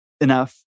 enough